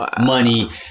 money